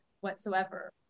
whatsoever